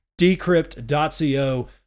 Decrypt.co